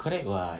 correct [what]